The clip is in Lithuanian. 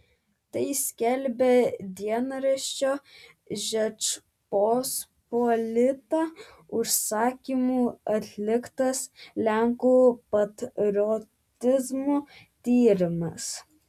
tai skelbia dienraščio žečpospolita užsakymu atliktas lenkų patriotizmo tyrimas